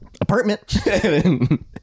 Apartment